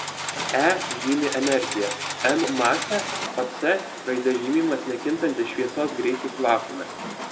e žymi energiją m masę o c raide žymimas nekintantis šviesos greitis vakuume